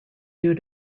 due